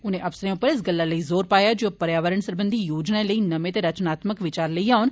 उनें अफसरें उप्पर इस गल्ला लेई जोर पाया जे ओ पर्यावरण सरबंधी योजनाएं लेई नमें ते रचनात्मक विचार लेइयै औन